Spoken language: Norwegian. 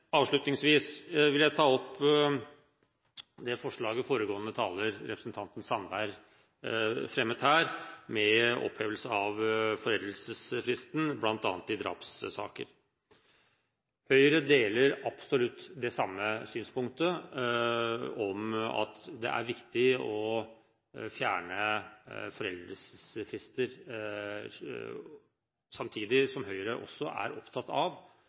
Avslutningsvis vil jeg ta for meg representanten Sandbergs forslag om opphevelse av foreldelsesfristen, bl.a. i drapssaker. Høyre deler absolutt det samme synspunktet: Det er viktig å fjerne foreldelsesfrister. Samtidig er Høyre også opptatt av